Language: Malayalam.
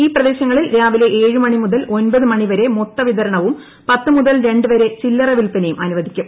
ഈ പ്രദേശങ്ങളിൽ രാവിലെ ഏഴു മണി മുതൽ ഒമ്പത് മണി വരെ മൊത്തവിതരണവും പത്ത് മുതൽ രണ്ട് വരെ ചില്ലറ പില്പനയും അനുവദിക്കും